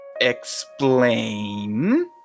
Explain